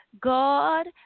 God